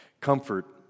Comfort